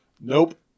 Nope